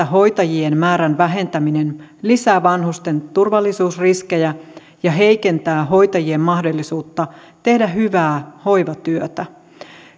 hoitajien määrän vähentäminen lisää vanhusten turvallisuusriskejä ja heikentää hoitajien mahdollisuutta tehdä hyvää hoivatyötä